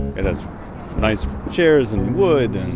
it has nice chairs and wood,